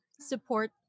support